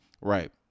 right